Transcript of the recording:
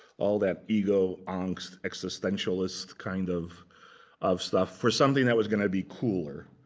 all that ego, angst, existentialists kind of of stuff, for something that was going to be cooler,